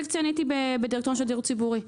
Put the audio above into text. אני הייתי ב --- של דיור ציבורי.